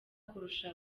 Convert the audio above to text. kurusha